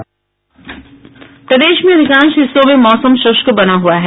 प्रदेश में अधिकांश हिस्सों में मौसम शुष्क बना हुआ है